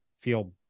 feel